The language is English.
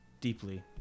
deeply